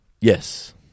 Yes